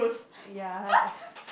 ya